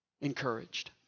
encouraged